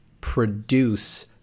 produce